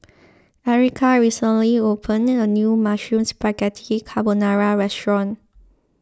Erica recently opened a new Mushroom Spaghetti Carbonara restaurant